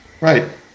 Right